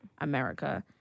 America